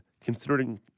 considering